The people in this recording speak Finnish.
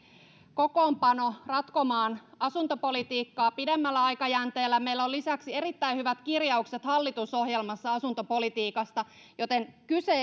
kokoonpano ratkomaan asuntopolitiikkaa pidemmällä aikajänteellä meillä on lisäksi erittäin hyvät kirjaukset hallitusohjelmassa asuntopolitiikasta joten kyse